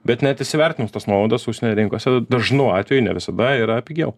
bet net įsivertinus tas nuolaidas užsienio rinkose dažnu atveju ne visada yra pigiau